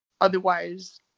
Otherwise